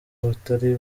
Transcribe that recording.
batari